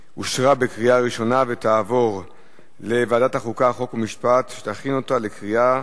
2011, לוועדת החוקה, חוק ומשפט נתקבלה.